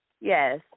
Yes